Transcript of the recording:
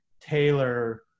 tailor